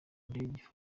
ndege